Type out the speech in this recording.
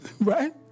Right